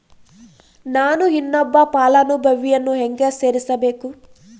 ನಾನು ಇನ್ನೊಬ್ಬ ಫಲಾನುಭವಿಯನ್ನು ಹೆಂಗ ಸೇರಿಸಬೇಕು?